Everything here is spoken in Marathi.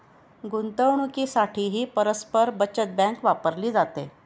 गुंतवणुकीसाठीही परस्पर बचत बँक वापरली जाते